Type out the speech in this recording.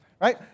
right